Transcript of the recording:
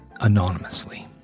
anonymously